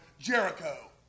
Jericho